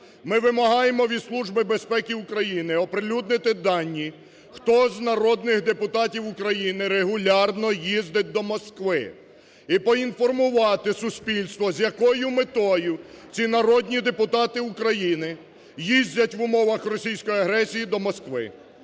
Ми вимагаємо від Служби безпеки України оприлюднити дані, хто з народних депутатів України регулярно їздить до Москви, і поінформувати суспільство, з якою метою ці народні депутати України їздять в умовах російської агресії до Москви.